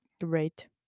Great